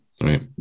Right